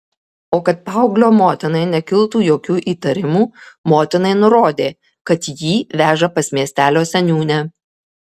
o kad paauglio motinai nekiltų jokių įtarimų motinai nurodė kad jį veža pas miestelio seniūnę